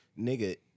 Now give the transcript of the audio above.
nigga